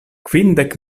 kvindek